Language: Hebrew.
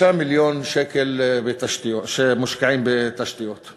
היו"ר יולי יואל אדלשטיין: תודה לחבר הכנסת חמד עמאר.